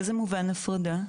באיזה מובן הפרדה?